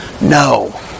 No